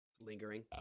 Lingering